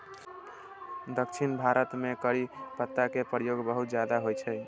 दक्षिण भारत मे करी पत्ता के प्रयोग बहुत ज्यादा होइ छै